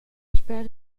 sper